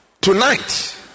Tonight